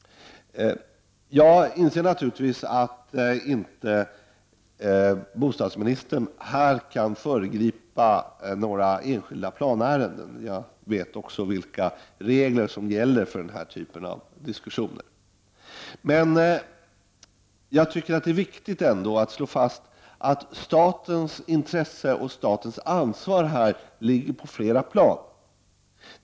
Jag inser naturligtvis att bostadsministern här inte kan föregripa några enskilda planärenden. Jag känner också till vilka regler som gäller för den här typen av diskussioner. Men det är ändå viktigt att slå fast att statens intresse och ansvar ligger på flera plan.